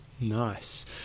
Nice